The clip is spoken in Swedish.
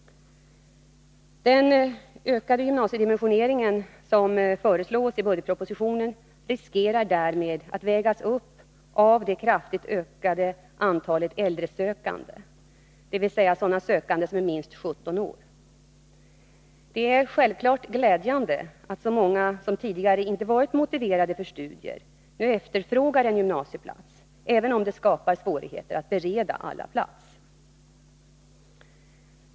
Den ökade gymnasiedimensionering som föreslås i budgetpropositionen riskerar därmed att vägas upp av det kraftigt ökade antalet äldresökande, dvs. sökande som är minst 17 år. Det är självfallet glädjande att så många som tidigare inte varit motiverade för studier nu efterfrågar en gymnasieplats, även om det skapar svårigheter att bereda alla plats.